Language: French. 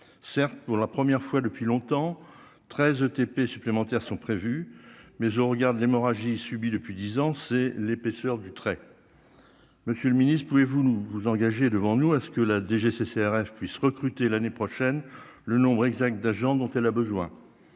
certes, pour la première fois depuis longtemps 13 ETP supplémentaires sont prévus mais je regarde l'hémorragie subie depuis 10 ans, c'est l'épaisseur du trait, Monsieur le Ministre, pouvez-vous vous engager devant nous à ce que la DGCCRF puisse recruter l'année prochaine le nombre exact d'agents dont elle a besoin,